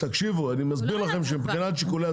יכול להיות משחטה זה גוף חזק, הוא מפעל, הוא גדול.